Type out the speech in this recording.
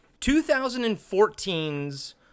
2014's